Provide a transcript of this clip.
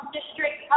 District